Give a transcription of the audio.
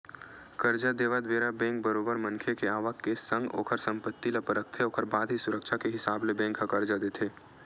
करजा देवत बेरा बेंक बरोबर मनखे के आवक के संग ओखर संपत्ति ल परखथे ओखर बाद ही सुरक्छा के हिसाब ले ही बेंक ह करजा देथे